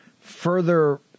further